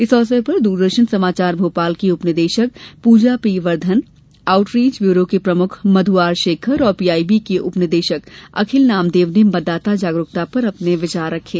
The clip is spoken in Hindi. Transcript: इस अवसर पर दूरदर्शन समाचार भोपाल की उपनिदेशक Pooja P Vardhan outreach bureau के प्रमुख मध् आर शेखर और पीआईबी के उपनिदेशक अखिल नामदेव ने मतदाता जागरुकता पर अपने विचार रखे